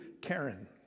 karen